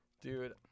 dude